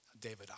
David